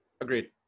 Agreed